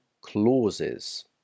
clauses